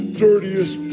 dirtiest